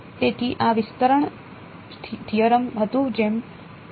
તેથી આ વિસ્તરણ થિયરમ હતું જેમ મેં પહેલેથી જ ઉલ્લેખ કર્યો છે